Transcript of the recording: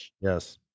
Yes